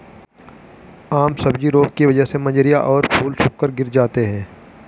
आम सब्जी रोग की वजह से मंजरियां और फूल सूखकर गिर जाते हैं